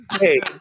Hey